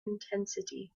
intensity